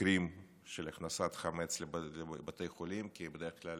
המקרים של הכנסת חמץ לבתי חולים, כי בדרך כלל